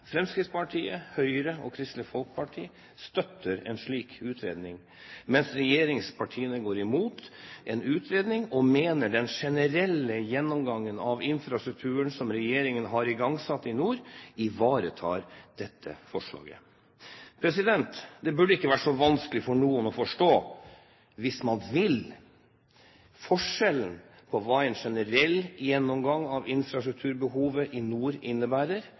Fremskrittspartiet, Høyre og Kristelig Folkeparti støtter en slik utredning, mens regjeringspartiene går imot en utredning og mener den generelle gjennomgang av infrastrukturen som regjeringen har igangsatt i nord, ivaretar dette forslaget. Det burde ikke være så vanskelig for noen å forstå, hvis man vil, hva en generell gjennomgang av infrastrukturbehovet i nord innebærer